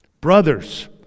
brothers